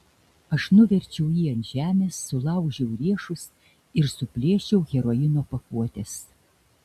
aš nuverčiau jį ant žemės sulaužiau riešus ir suplėšiau heroino pakuotes